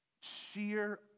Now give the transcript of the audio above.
sheer